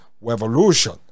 Revolution